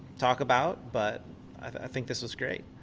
talk about, but i think this was great.